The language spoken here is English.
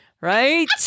Right